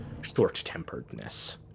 short-temperedness